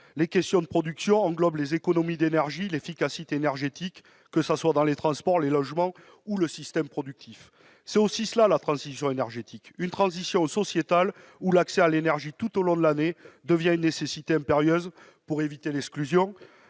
les questions de production, les économies d'énergie et l'efficacité énergétique, que ce soit dans les transports, les logements ou le système productif. C'est aussi cela la transition énergétique : une transition sociétale où l'accès à l'énergie tout au long de l'année devient une nécessité impérieuse pour éviter l'exclusion